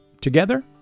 Together